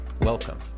welcome